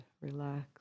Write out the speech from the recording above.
relax